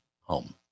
home